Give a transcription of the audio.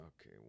Okay